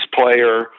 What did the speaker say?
player